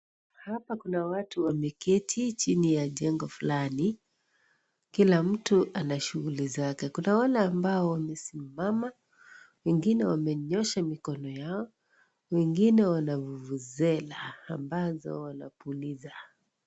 Hapa kuna watu wameketi chini ya jengo fulani, kila mtu ana shughuli zake. Kuna wale ambao wamesimama wengine wamenyosha mikono yao . Wengine wana vuvuzela ambazo wanapuliza.